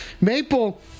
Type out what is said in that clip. Maple